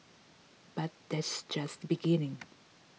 but that's just beginning